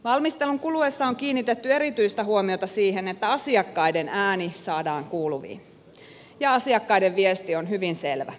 valmistelun kuluessa on kiinnitetty erityistä huomiota siihen että asiakkaiden ääni saadaan kuuluviin ja asiakkaiden viesti on hyvin selvä